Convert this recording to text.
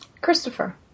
Christopher